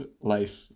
life